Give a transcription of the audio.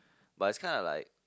but it's kinda like